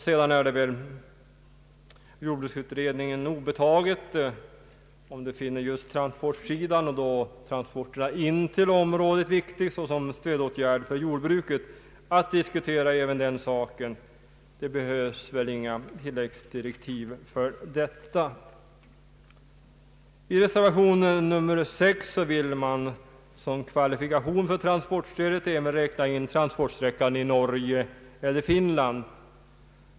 Sedan är det väl jordbruksutredningen obetaget, om den finner just transportsidan och då transporterna in till området viktig såsom stödåtgärd för jordbruket, att diskutera även den saken. Det behövs inga tilläggsdirektiv för detta. I reservation nr 6 vill man som kvalifikation för transportstödet även räkna in transportsträcka i Norge eller Finland.